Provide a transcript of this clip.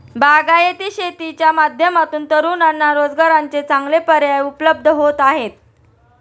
बागायती शेतीच्या माध्यमातून तरुणांना रोजगाराचे चांगले पर्याय उपलब्ध होत आहेत